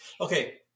Okay